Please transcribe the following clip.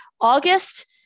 August